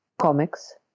comics